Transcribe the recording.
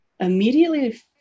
immediately